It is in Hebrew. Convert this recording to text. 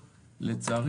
לצערי,